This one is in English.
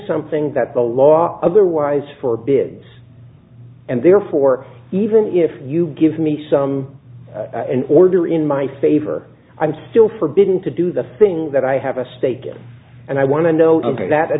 something that the law otherwise for bids and therefore even if you give me some order in my favor i'm still forbidden to do the things that i have a stake in and i want to know that a